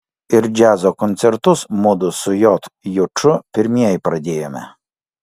ir džiazo koncertus mudu su j juču pirmieji pradėjome